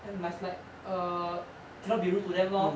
and must like err cannot be rude to them lor